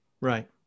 Right